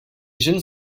jeunes